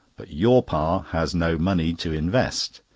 but your pa has no money to invest.